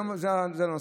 והיום זה הנושא.